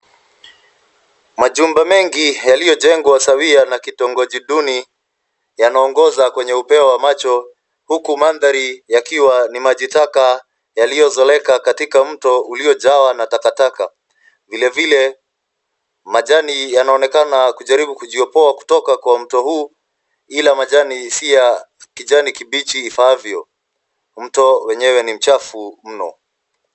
Majumba mengi yaliyojengwa sawia na kitongoji duni yanaongoza kwenye upeo wa macho huku mandhari yakiwa ni maji taka yaliyozoleka katika mto uliojawa na takataka. Vile vile, majani yanaonekana kujaribu kujiopoa kutoka kwa mto huu ila majani si ya kijani kibichi ifaavyo. Mto wenyewe ni mchafu mno.